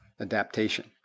adaptation